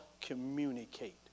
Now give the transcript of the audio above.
communicate